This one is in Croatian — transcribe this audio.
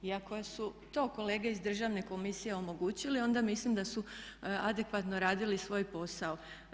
I ako su to kolege iz Državne komisije omogućili, onda mislim da su adekvatno radili svoj posao.